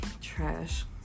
Trash